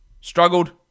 struggled